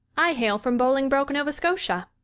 i hail from bolingbroke, nova scotia,